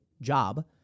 job